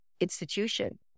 institution